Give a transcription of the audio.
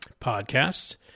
podcasts